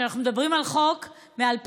שאנחנו מדברים על חוק מ-2011,